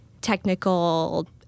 technical